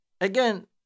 again